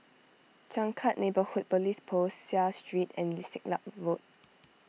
Changkat Neighbourhood Police Post Seah Street and Siglap Road